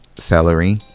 Celery